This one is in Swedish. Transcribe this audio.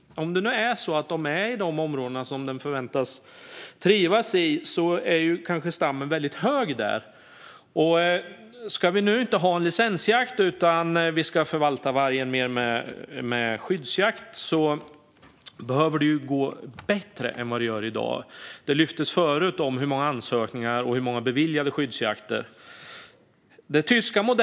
Om det nu är så att de är i de områden som de förväntas trivas i är stammen ganska stor där. Om vi inte ska ha licensjakt utan förvalta vargen mer genom skyddsjakt behöver det gå bättre än det gör i dag. Det lyftes tidigare fram hur många ansökningar och hur många beviljade skyddsjakter det handlar om.